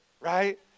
Right